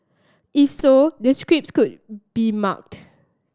if so the scripts could be marked